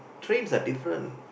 trains are different